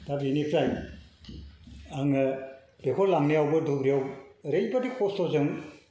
दा बेनिफ्राय आङो बेखौ लांनायावबो धुबुरिआव ओरैबायदि खस्थ'जों